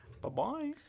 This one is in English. Bye-bye